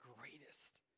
greatest